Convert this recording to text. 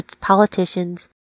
politicians